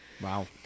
Wow